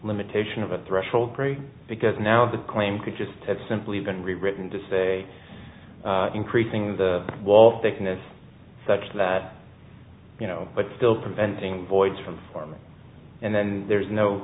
limitation of a threshold pre because now the claim could just have simply been rewritten to say increasing the wall thickness such that you know but still preventing voids from forming and then there's no